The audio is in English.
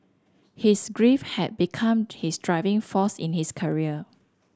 his grief had become his driving force in his career